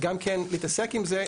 וגם כן להתעסק עם זה,